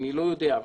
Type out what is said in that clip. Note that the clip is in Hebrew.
אני לא יודע,